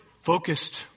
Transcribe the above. focused